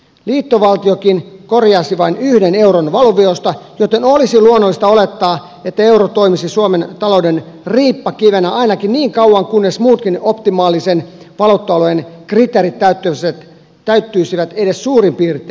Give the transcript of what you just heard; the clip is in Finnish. liittovaltiokin korjaisi vain yhden euron valuvioista joten olisi luonnollista olettaa että euro toimisi suomen talouden riippakivenä ainakin niin kauan kunnes muutkin optimaalisen valuutta alueen kriteerit täyttyisivät edes suurin piirtein